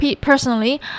personally